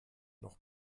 noch